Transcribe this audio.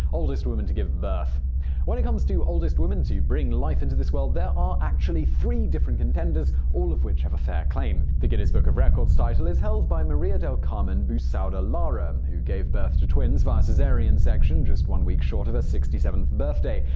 oldest woman to give birth when it comes to the oldest woman to bring life into this world, there are actually three different contenders, all of which have a fair claim. the guinness book of records title is held by maria del carmen bousada lara, who gave birth to twins via caesarian section just one week short of her sixty seventh birthday.